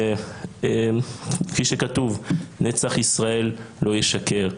כפי שכתוב, "נצח ישראל לא ישקר".